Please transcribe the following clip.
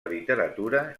literatura